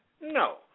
No